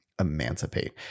Emancipate